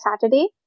saturday